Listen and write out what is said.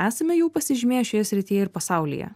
esame jau pasižymėję šioje srityje ir pasaulyje